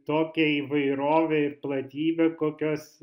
tokią įvairovę ir platybę kokios